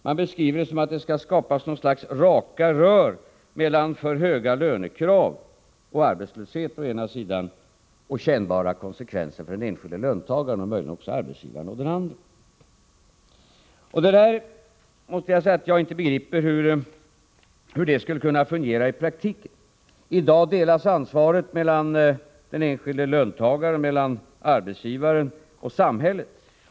Man beskriver saken så, att det skall skapas något slags raka rör mellan för höga lönekrav och arbetslöshet å den ena sidan och kännbara konsekvenser för den enskilda löntagaren och möjligen också för arbetsgivaren å den andra. Jag måste säga att jag inte begriper hur detta skulle kunna fungera i praktiken. I dag delas ansvaret mellan den enskilda löntagaren, arbetsgivaren och samhället.